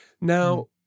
now